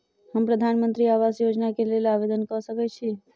हम प्रधानमंत्री आवास योजना केँ लेल आवेदन कऽ सकैत छी?